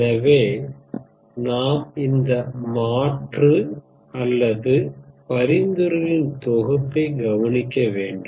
எனவே நாம் இந்த மாற்று அல்லது பரிந்துரைகளின் தொகுப்பைப் கவனிக்க வேண்டும்